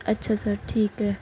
اچھا سر ٹھیک ہے